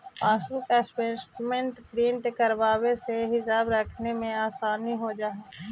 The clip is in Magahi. पासबुक स्टेटमेंट प्रिन्ट करवावे से हिसाब रखने में आसानी हो जा हई